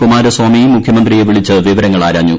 കുമാരസ്വാമി മുഖ്യമന്ത്രിയെ വിളിച്ച് വിവരങ്ങൾ ആരാഞ്ഞു